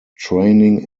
training